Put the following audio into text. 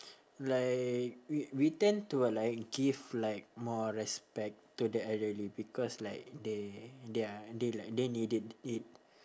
like we we tend to like give like more respect to the elderly because like they they're they like they needed it